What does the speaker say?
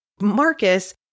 Marcus